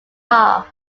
half